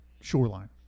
shoreline